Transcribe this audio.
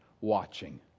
watching